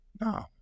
No